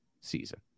season